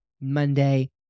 Monday